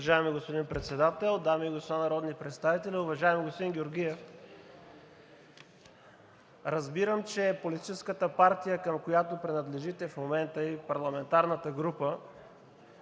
Уважаеми господин Председател, дами и господа народни представители! Уважаеми господин Георгиев, разбирам, че политическата партия, към която принадлежите в момента, и парламентарната група